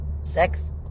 sex